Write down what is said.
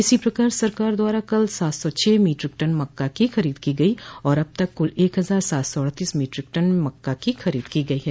इसी प्रकार सरकार द्वारा कल सात सौ छह मोट्रिक टन मक्का की खरीद की गई और अब तक कुल एक हजार सात सौ अड़तीस मीट्रिक टन मक्का की खरीद की गई है